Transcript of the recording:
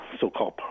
so-called